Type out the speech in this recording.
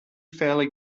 fairly